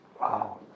Wow